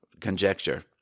conjecture